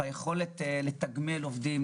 גם היכולת לתגמל עובדים